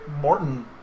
Morton